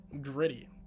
gritty